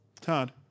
Todd